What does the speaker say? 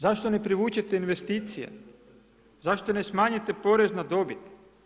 Zašto ne privučete investicije, zašto ne smanjite porez na dobit?